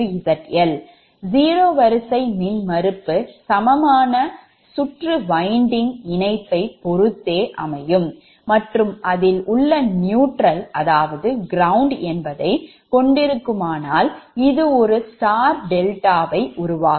0 வரிசை மின்மறுப்பு சமமான சுற்று winding இணைப்பைபொறுத்தே அமையும் மற்றும் அதில் உள்ள நியூட்ரல் அதாவது கிரவுண்ட் என்பதை கொண்டிருக்குமானால் இது ஒரு ஸ்டார் டெல்டாவை உருவாக்கும்